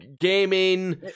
gaming